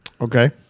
Okay